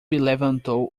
levantou